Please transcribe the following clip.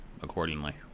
accordingly